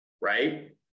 right